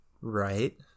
Right